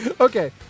Okay